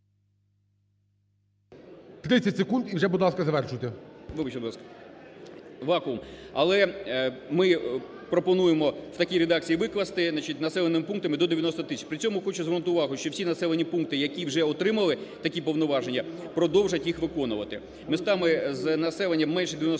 викласти: "населеним пунктам до 90 тисяч". При цьому хочу звернути увагу, що всі населені пункти, які вже отримали такі повноваження, продовжать їх виконувати. Містами з населенням менше 90 тисяч